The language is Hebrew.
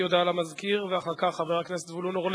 הודעה למזכיר, ואחר כך, חבר הכנסת זבולון אורלב.